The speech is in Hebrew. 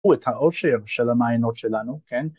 ‫או את האושר של המעיינות שלנו, כן?